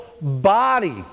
body